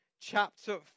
chapter